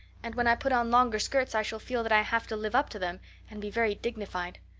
and when i put on longer skirts i shall feel that i have to live up to them and be very dignified.